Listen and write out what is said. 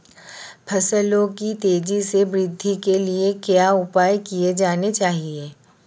फसलों की तेज़ी से वृद्धि के लिए क्या उपाय किए जाने चाहिए?